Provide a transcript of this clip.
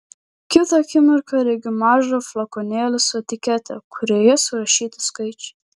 kitą akimirką regiu mažą flakonėlį su etikete kurioje surašyti skaičiai